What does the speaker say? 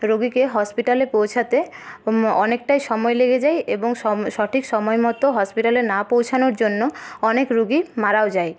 রোগিকে হসপিটালে পৌঁছাতে অনেকটাই সময় লেগে যায় এবং সঠিক সময় মতো হসপিটালে না পৌঁছানোর জন্য অনেক রুগি মারাও যায়